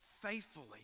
faithfully